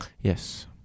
Yes